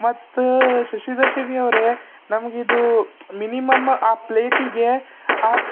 ಮತ್ತು ಶಶಿಧರ್ ಶ್ರೀ ಅವರೇ ನಮ್ಗೆ ಇದು ಮಿನಿಮಮ್ಮ ಆ ಪ್ಲೇಟಿಗೆ ಆ